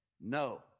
No